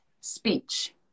speech